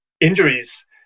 injuries